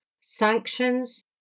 Sanctions